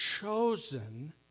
chosen